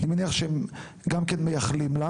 אני מניח שהם גם כן מייחלים לה